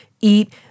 eat